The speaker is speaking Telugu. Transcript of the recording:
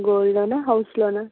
గోల్డ్ లోనా హౌస్ లోనా